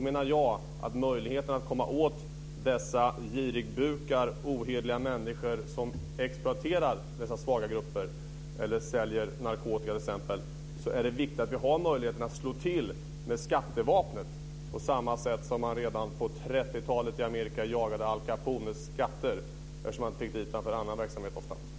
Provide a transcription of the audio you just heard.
Men för att vi ska komma åt dessa girigbukar, ohederliga människor som exploaterar dessa svaga grupper eller som säljer narkotika t.ex. menar jag att det är viktigt att vi har möjligheten att slå till med skattevapnet, på samma sätt som man redan på 30-talet i Amerika jagade Al Capone med skatter eftersom man ofta inte lyckades sätta dit honom för annan verksamhet.